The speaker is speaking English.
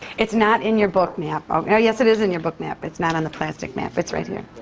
it's not in your book map. oh. yes, it is in your book map. it's not on the plastic map. it's right here.